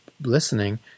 listening